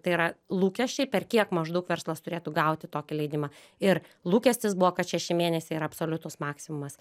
tai yra lūkesčiai per kiek maždaug verslas turėtų gauti tokį leidimą ir lūkestis buvo kad šeši mėnesiai yra absoliutus maksimumas